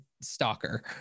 stalker